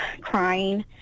crying